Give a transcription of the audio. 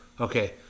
Okay